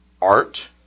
Art